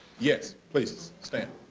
yes, please stand.